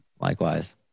Likewise